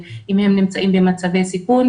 אם הם נמצאים במצבי סיכון,